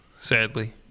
sadly